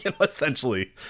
essentially